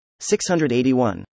681